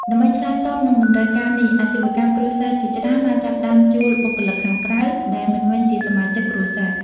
ដើម្បីឆ្លើយតបនឹងតម្រូវការនេះ អាជីវកម្មគ្រួសារជាច្រើនបានចាប់ផ្តើមជួលបុគ្គលិកខាងក្រៅ ដែលមិនមែនជាសមាជិកគ្រួសារ។